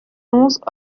onze